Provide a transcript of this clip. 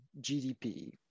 GDP